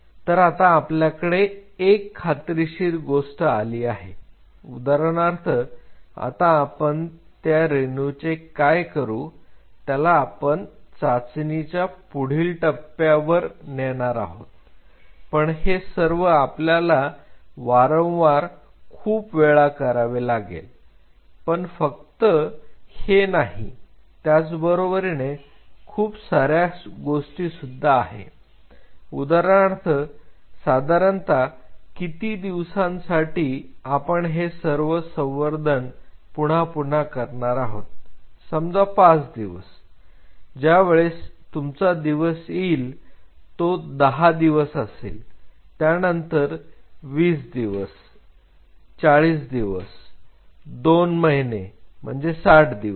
तर आता आपल्याकडे एक खात्रीशीर गोष्ट आली आहे उदाहरणार्थ आता आपण त्या रेणूचे काय करू त्याला आपण चाचणी च्या पुढील टप्प्यावर ती नेणार आहोत पण हे सर्व आपल्याला वारंवार खूप वेळा करावे लागेल पण फक्त हे नाही त्याचबरोबरीने खूप साऱ्या गोष्टी सुद्धा आहे उदाहरणार्थ साधारणतः किती दिवसांसाठी आपण हे सर्व संवर्धन पुन्हापुन्हा करणार आहोत समजा 5 दिवस ज्या वेळेस तुमचा दिवस येईल तो 10 दिवस असेल त्यानंतर 20 दिवस 40 दिवस 2 महिने म्हणजे 60 दिवस